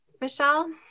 Michelle